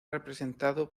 representado